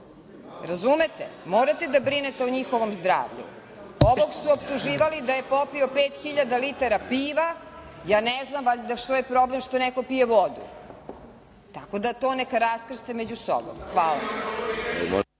Razumete. Morate da brinete o njihovom zdravlju. Ovog su optuživali da je popio 5.000 litara piva. Ja ne znam, valjda, što je problem što neko pije vodu. Tako da to neka raskrste među sobom. Hvala.